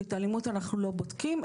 כי את האלימות אנחנו לא בודקים,